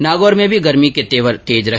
नागौर में भी गर्मी के तेवर तेज रहे